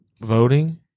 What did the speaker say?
voting